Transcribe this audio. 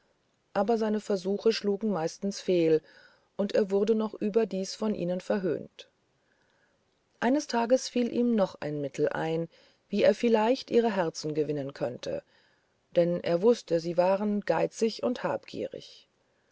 aber seine versuche schlugen meistens fehl und er wurde noch überdies von ihnen verhöhnt eines tages fiel ihm noch ein mittel ein wie er vielleicht ihre herzen gewinnen könnte denn er wußte sie waren geizig und habgierig